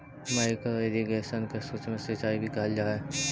micro irrigation के सूक्ष्म सिंचाई भी कहल जा हइ